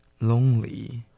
Lonely